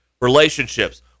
relationships